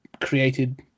created